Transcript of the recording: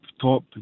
top